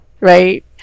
right